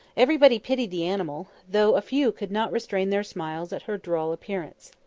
everybody pitied the animal, though a few could not restrain their smiles at her droll appearance.